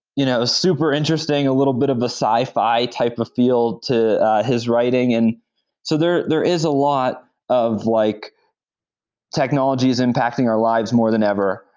you know ah super interesting, a little bit of the sci-fi type of field to his writing. and so there there is a lot of like technologies impacting our lives more than ever.